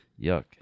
yuck